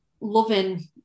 loving